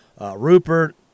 Rupert